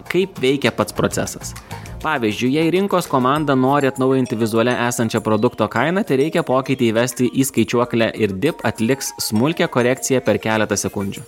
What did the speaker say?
kaip veikia pats procesas pavyzdžiui jei rinkos komanda nori atnaujinti vizuale esančią produkto kainą tereikia pokytį įvesti į skaičiuoklę ir dip atliks smulkią korekciją per keletą sekundžių